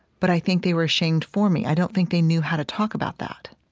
but i think they were ashamed for me. i don't think they knew how to talk about that.